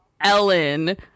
Ellen